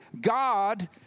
God